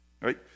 right